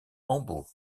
hambourg